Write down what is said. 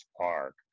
Park